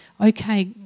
okay